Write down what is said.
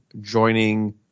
joining